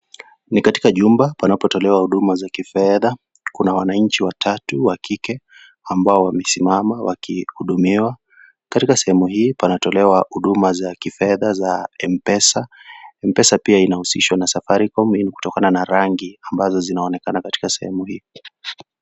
Ni katika chumba panapotolewa huduma za kifedha. Kuna wananchi watatu wa kike ambao wamesimama wakihudumiwa. Katika sehemu hii panapotolewa huduma za kifedha za Mpesa. Mpesa pia inahusishwa na Safaricom ili kutokana na rangi ambazo zinaonekana katika sehemu hii.